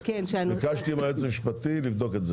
ביקשתי מהיועץ המשפטי לבדוק את זה.